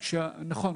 נכון.